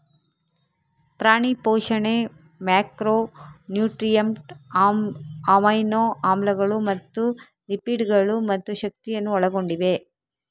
ಪ್ರಾಣಿ ಪೋಷಣೆ macro nutrient, amino ಆಮ್ಲಗಳು ಮತ್ತು ಲಿಪಿಡ್ ಗಳು ಮತ್ತು ಶಕ್ತಿಯನ್ನು ಒಳಗೊಂಡಿವೆ